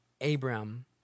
Abraham